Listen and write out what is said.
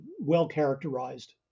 well-characterized